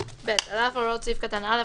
על אף הוראות סעיף קטן (א),